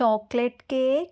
chocolate cake